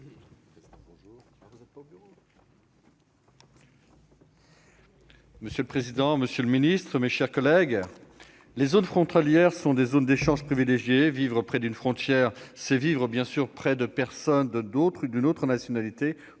Monsieur le président, monsieur le secrétaire d'État, mes chers collègues, les zones frontalières sont des zones d'échanges privilégiées. Vivre près d'une frontière, c'est vivre près de personnes d'une autre nationalité